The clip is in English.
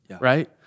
right